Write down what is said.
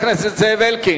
הכנסת זאב אלקין,